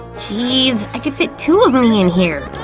geez, i could fit two of me in here.